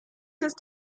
ist